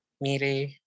Mire